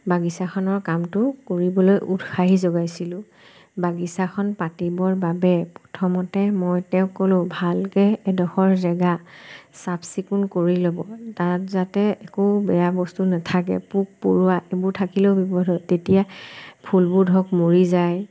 বাগিচাখনৰ কামটো কৰিবলৈ উৎসাহী যোগাইছিলোঁ বাগিচাখন পাতিবৰ বাবে প্ৰথমতে মই তেওঁক ক'লোঁ ভালকৈ এডোখৰ জেগা চাফ চিকুণ কৰি ল'ব তাত যাতে একো বেয়া বস্তু নাথাকে পোক পৰুৱা এইবোৰ থাকিলেও বিপদ হয় তেতিয়া ফুলবোৰ ধৰক মৰি যায়